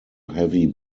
heavy